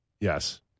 yes